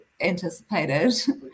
anticipated